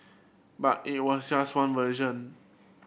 but it was just one version